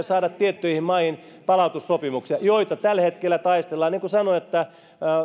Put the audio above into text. saada tiettyihin maihin palautussopimuksia joista tällä hetkellä taistellaan niin kuin sanoin